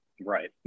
Right